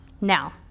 Now